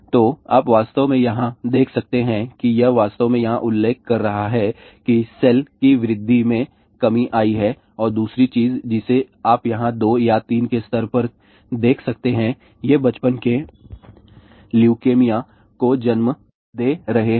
तो आप वास्तव में यहां देख सकते हैं कि यह वास्तव में यहां उल्लेख कर रहा है कि सेल की वृद्धि में कमी आई है और दूसरी चीज जिसे आप यहां 2 या 3 के स्तर पर देख सकते हैं ये बचपन के ल्यूकेमिया को जन्म दे रहे हैं